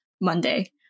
Monday